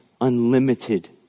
unlimited